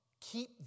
keep